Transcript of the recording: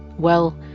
well,